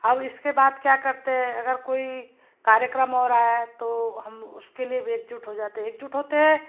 अब इसके बाद क्या करते अगर कोई कार्यक्रम और आया तो हम उसके लिए भी एकजुट हो जाते हैं एकजुट होते हैं